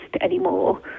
anymore